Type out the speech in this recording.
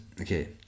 okay